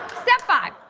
step five,